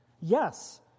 Yes